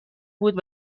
بود